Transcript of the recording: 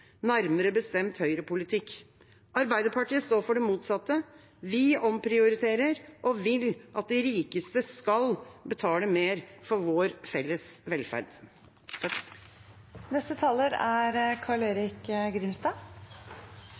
nærmere bestemt høyrepolitikk. Arbeiderpartiet står for det motsatte. Vi omprioriterer og vil at de rikeste skal betale mer for vår felles velferd.